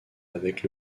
avec